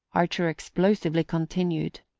archer explosively continued,